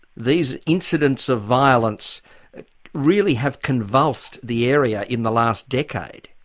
these incidents of violence really have convulsed the area in the last decade.